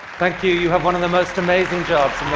thank you. you have one of the most amazing jobs